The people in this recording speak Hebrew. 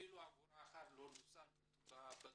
אפילו אגורה אחת מהסכום הזה.